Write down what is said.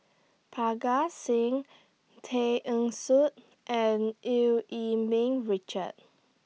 Parga Singh Tay Eng Soon and EU Yee Ming Richard